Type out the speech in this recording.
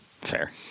Fair